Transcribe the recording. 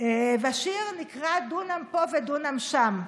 והשיר נקרא "דונם פה ודונם שם".